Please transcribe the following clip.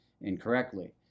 incorrectly